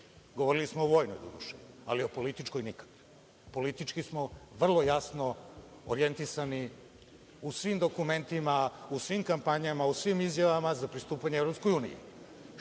govorili smo o vojnoj doduše, ali o političkoj nikad. Politički smo vrlo jasno orijentisani u svim dokumentima, u svim kampanjama, u svim izjavama za pristupanje EU.Šta